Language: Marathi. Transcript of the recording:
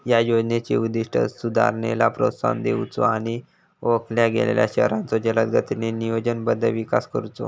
या योजनेचो उद्दिष्ट सुधारणेला प्रोत्साहन देऊचो आणि ओळखल्या गेलेल्यो शहरांचो जलदगतीने नियोजनबद्ध विकास करुचो